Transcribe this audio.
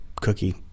cookie